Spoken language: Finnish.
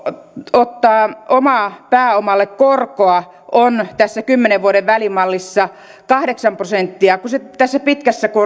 ottaa omalle pääomalle korkoa on tässä kymmenen vuoden välimallissa kahdeksan prosenttia kun se tässä pitkässä